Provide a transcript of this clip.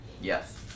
Yes